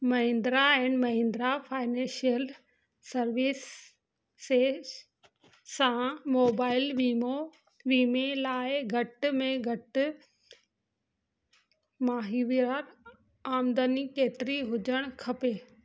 Mahindra and Mahindra financial services सां mobile वीमो वीमे लाइ घटि में घटि माहिविआर आमदनी केतिरी हुजण खपे